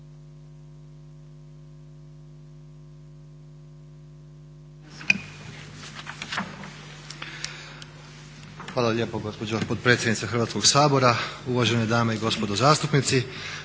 Hvala lijepo gospođo potpredsjednice Hrvatskog sabora. Uvažene dame i gospodo zastupnici.